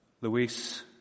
Luis